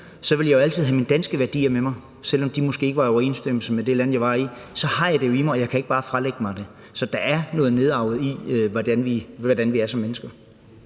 ville jeg jo altid have mine danske værdier med mig, ligegyldigt hvor jeg var henne, selv om de måske ikke var i overensstemmelse med det land, jeg var i. Jeg har dem jo i mig, og jeg kan ikke bare fralægge mig dem, så der er noget nedarvet i, hvordan vi er som mennesker.